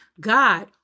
God